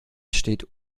steht